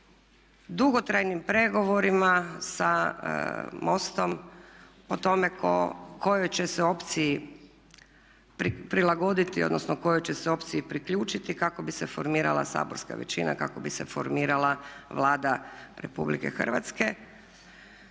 dugotrajnim pregovorima sa MOST-om o tome kojoj će se opciji prilagoditi, odnosno kojoj će se opciji priključiti kako bi se formirala saborska većina i kako bi se formirala Vlada Republike Hrvatske.